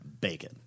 bacon